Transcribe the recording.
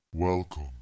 Welcome